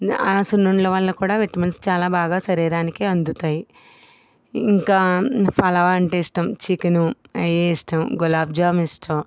ఆ సున్నుండల వల్ల కూడా విటమిన్స్ చాలా బాగా శరీరానికి అందుతాయి ఇంకా పులావ్ అంటే ఇష్టం చికెన్ అవి ఇష్టం గులాబ్ జామ్ ఇష్టం